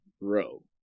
row